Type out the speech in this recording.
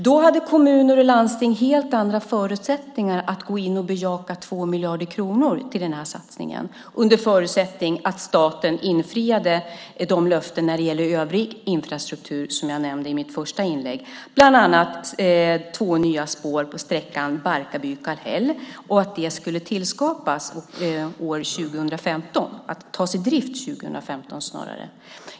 Då hade kommuner och landsting helt andra förutsättningar för att gå in och bejaka 2 miljarder kronor till denna satsning, under förutsättning att staten infriade de löften om övrig infrastruktur som jag i mitt första inlägg nämnde. Bland annat gäller det då de två nya spår på sträckan Barkarby-Kallhäll som skulle tas i drift år 2015.